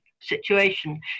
situation